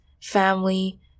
family